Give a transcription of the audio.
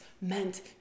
meant